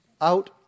out